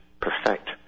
perfect